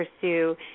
pursue